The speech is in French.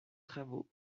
travaux